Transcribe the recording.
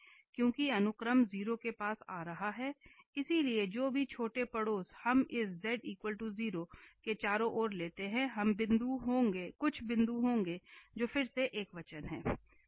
क्योंकि अनुक्रम 0 के पास आ रहा है इसलिए जो भी छोटे पड़ोस हम इस z 0 के चारों ओर लेते हैं कुछ बिंदु होंगे जो फिर से एकवचन हैं